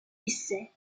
essais